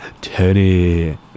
Tony